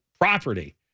property